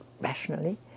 rationally